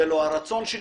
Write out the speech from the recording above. זה לא הרצון שלי,